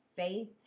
Faith